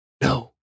No